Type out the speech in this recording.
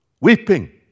weeping